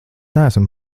neesam